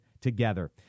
together